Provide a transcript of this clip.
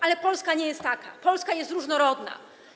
Ale Polska nie jest taka, Polska jest różnorodna.